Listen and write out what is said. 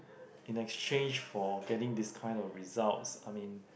in exchange for getting this kind of results I mean